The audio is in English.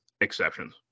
exceptions